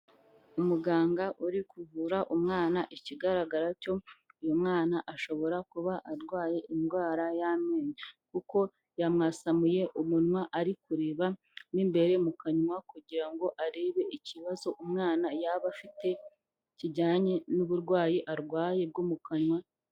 Umuganga uri kuvura umwana ikigaragara cyo uyu mwana ashobora kuba arwaye indwara y'amenyo kuko yamwasamuye umunwa ari kureba mo imbere mu kanwa kugira ngo arebe ikibazo umwana yaba afite kijyanye n'uburwayi arwaye bwo mu kanwa...